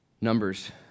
Numbers